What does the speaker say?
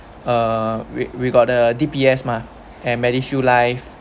uh we we got the D_P_S mah and MediShield life